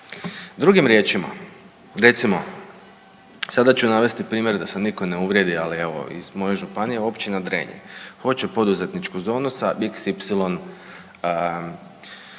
Drugim riječima, recimo sada ću navesti primjer da se niko ne uvrijedi, ali evo iz moje županije općina Drenje, hoće poduzetničku domu sa xy